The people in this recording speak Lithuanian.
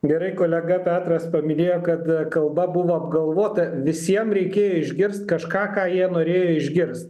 gerai kolega petras paminėjo kad kalba buvo apgalvota visiem reikėjo išgirst kažką ką jie norėjo išgirst